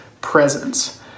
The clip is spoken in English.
presence